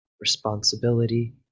responsibility